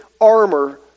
armor